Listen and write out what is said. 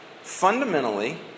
fundamentally